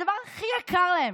הדבר הכי יקר להם,